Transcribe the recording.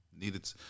needed